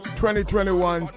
2021